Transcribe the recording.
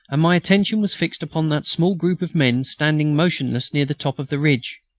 my attention was fixed upon that small group of men standing motionless near the top of the ridge.